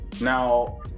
Now